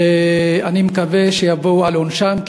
ואני מקווה שהם יבואו על עונשם,